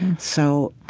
so,